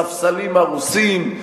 ספסלים הרוסים,